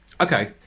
okay